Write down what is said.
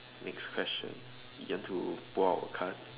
next question you want to pull out a card